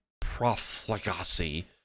profligacy